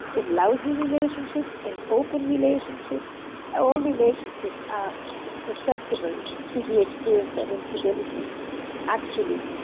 in lousy relationships, in open relationships all relationships are susceptible to the experience of infidelity actually.